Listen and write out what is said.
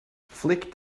flick